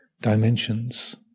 dimensions